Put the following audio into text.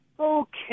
Okay